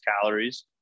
calories